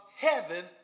heaven